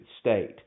state